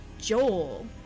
Joel